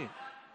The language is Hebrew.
ועדת הפנים.